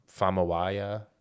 Famawaya